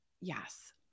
yes